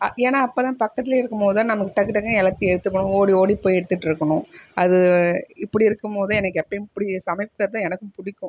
அ ஏன்னால் அப்போ தான் பக்கத்துலே இருக்கும் போது தான் நமக்கு டக்கு டக்குனு எல்லாத்தையும் எடுத்துக்கவும் ஓடி ஓடி போய் எடுத்துட்ருக்கணும் அது இப்படி இருக்கும் போதுதான் எனக்கு எப்போயும் இப்படி சமைக்கிறது தான் எனக்கு பிடிக்கும்